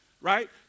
right